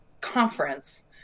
conference